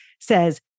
says